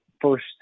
first